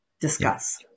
discuss